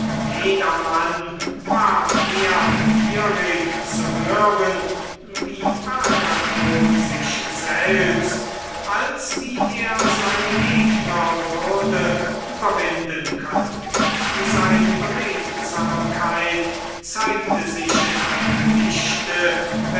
jedermann war mehr begierig zu hören wie agathon sich selbst als wie er seine gegner würde überwinden können seine beredsamkeit zeigte sich in einem lichte